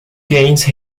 gains